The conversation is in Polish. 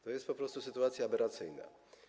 To jest po prostu sytuacja aberracyjna.